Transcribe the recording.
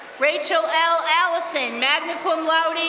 rachel l. alison, magna cum laude,